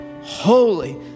holy